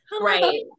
Right